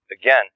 Again